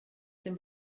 dem